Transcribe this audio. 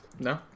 No